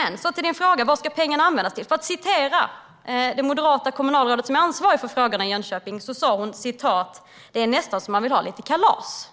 över till din fråga: Vad ska pengarna användas till? Jag kan citera det moderata kommunalrådet, som är ansvarig för frågan i Jönköping. Hon sa: Det är nästan så att man vill ha lite kalas.